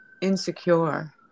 insecure